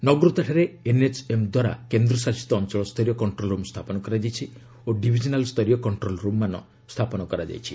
ନଗ୍ରୋତାଠାରେ ଏନ୍ଏଚ୍ଏମ୍ଦ୍ୱାରା କେନ୍ଦ୍ରଶାସିତ ଅଞ୍ଚଳସ୍ତରୀୟ କଷ୍ଟ୍ରୋଲ୍ ରୁମ୍ ସ୍ଥାପନ କରାଯାଇଛି ଓ ଡିଭିଜନାଲ୍ ସ୍ତରୀୟ କଷ୍ଟ୍ରୋଲ୍ ରୁମ୍ମାନ ସ୍ଥାପନ କରାଯାଇଛି